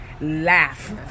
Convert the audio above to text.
laugh